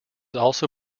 also